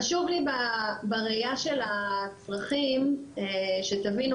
חשוב לי בראייה של הצרכים שתבינו,